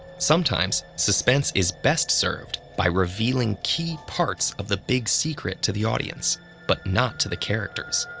sometimes, suspense is best served by revealing key parts of the big secret to the audience but not to the characters.